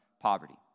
poverty